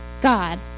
God